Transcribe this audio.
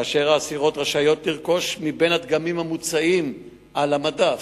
והאסירות רשאיות לרכוש מהדגמים המוצעים על המדף.